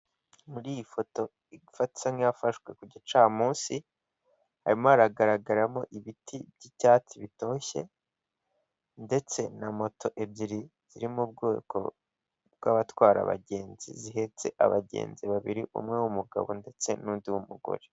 Muri iyi foto isa nk'iyafashwe ku gicamunsi, harimo haragaragaramo ibiti by'ibyatsi bitoshye, ndetse na moto ebyiri ziri mu bwoko bw'abatwara abagenzi zihetse abagenzi babiri umwe w'umugabo ndetse n'undi w'umugore.